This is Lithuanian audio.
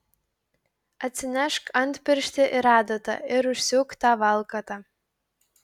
atsinešk antpirštį ir adatą ir užsiūk tą valkatą